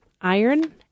iron